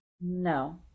No